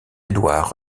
édouard